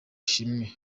ishimwe